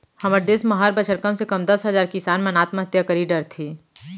हमर देस म हर बछर कम से कम दस हजार किसान मन आत्महत्या करी डरथे